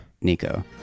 nico